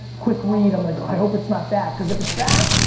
quick read, um like i hope it's not that cause if it's that,